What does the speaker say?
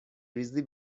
ریزی